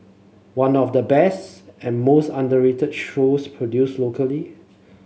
one of the best and most underrated shows produced locally